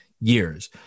years